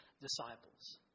disciples